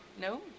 No